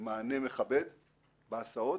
מענה מכבד בהסעות,